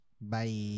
Bye